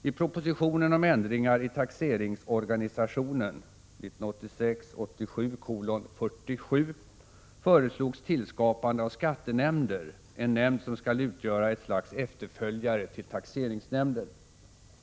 I n propositionen om ändringar i taxeringsorganisationen föreslogs Vissa frågor rörande tillskapande av skattenämnder, en sorts nämnd som skall utgöra ett slags domstolsväsendet efterföljare till taxeringsnämnden.